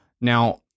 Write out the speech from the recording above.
Now